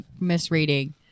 misreading